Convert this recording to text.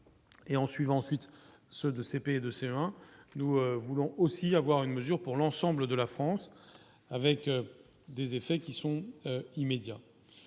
Et en suivant ensuite ceux de CP et de CE1, nous voulons aussi avoir une mesure pour l'ensemble de la France. Avec des effets qui sont immédiats,